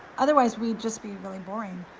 otherwise we'd just be really boring.